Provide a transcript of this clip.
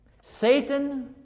Satan